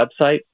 website